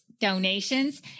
Donations